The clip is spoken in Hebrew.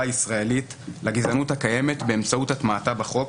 הישראלית לגזענות הקיימת באמצעות הטמעתה בחוק,